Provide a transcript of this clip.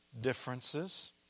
differences